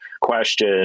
question